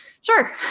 sure